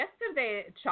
yesterday